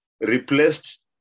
replaced